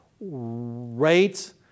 rates